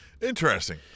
Interesting